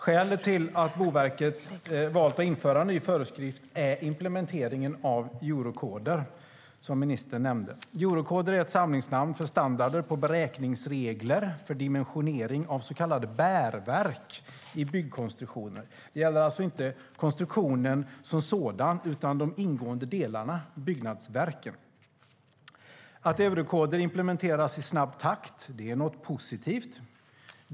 Skälet till att Boverket har valt att införa en ny föreskrift är implementeringen av eurokoder, som ministern nämnde. Eurokoder är ett samlingsnamn för standarder på beräkningsregler för dimensionering av så kallade bärverk i byggkonstruktioner. Det gäller alltså inte konstruktionen som sådan, utan de ingående delarna i byggnadsverket. Att eurokoder implementeras i snabb takt är något positivt.